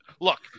Look